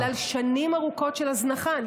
בגלל שנים ארוכות של הזנחה.